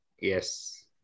Yes